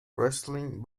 wrestling